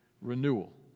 renewal